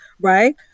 right